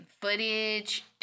footage